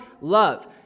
love